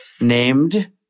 Named